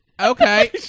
Okay